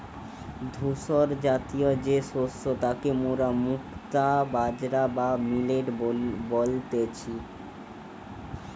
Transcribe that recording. ধূসরজাতীয় যে শস্য তাকে মোরা মুক্তা বাজরা বা মিলেট বলতেছি